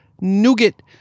nougat